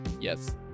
Yes